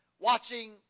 watching